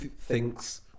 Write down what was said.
thinks